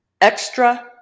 extra